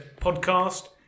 podcast